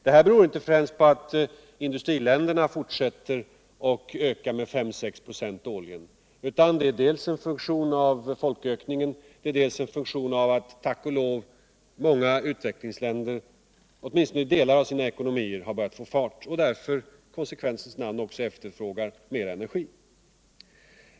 Det här beror inte främst på att industriländernas konsumtion fortsätter att öka med 5-6 26 årligen, utan det är dels en funktion av folkökningen, dels en funktion av alt tack och lov många utvecklingsländer har börjat få fart på ätminstone delar av sina ekonomier och därför i konsekvensens namn också efterfrågar mera energi.